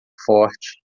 forte